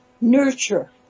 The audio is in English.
nurture